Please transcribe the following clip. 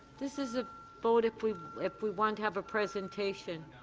this is a vote if we if we want to have a presentation.